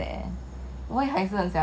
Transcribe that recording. ya kick the kingdom